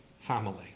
family